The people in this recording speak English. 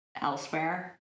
elsewhere